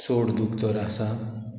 चोड दूख तर आसा